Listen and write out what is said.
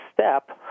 step